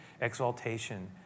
exaltation